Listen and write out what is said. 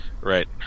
Right